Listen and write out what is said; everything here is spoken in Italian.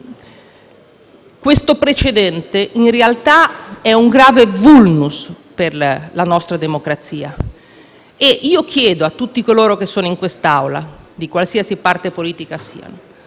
Questo precedente in realtà è un grave *vulnus* per la nostra democrazia. Io dico a tutti coloro che sono in quest'Aula, di qualsiasi parte politica siano,